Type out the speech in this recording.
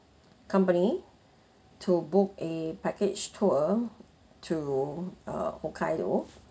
company to book a package tour to uh hokkaido